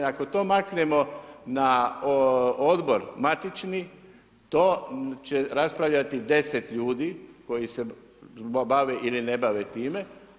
Ako to maknemo, na odbor, matični, to će raspravljati 103 ljudi koji se bave ili ne bave time.